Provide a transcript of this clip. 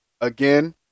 again